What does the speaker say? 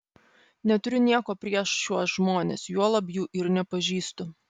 neturiu nieko prieš šiuos žmones juolab jų ir nepažįstu